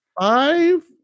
five